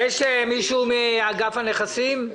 יש כאן מישהו מאגף הנכסים?